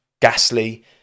Gasly